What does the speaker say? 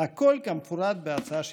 הכול כמפורט בהצעה שבפניכם.